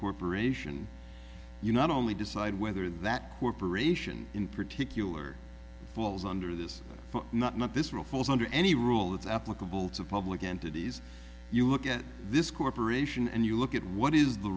corporation you not only decide whether that corporation in particular falls under this not not this rule falls under any rule that's applicable to public entities you look at this corporation and you look at what is the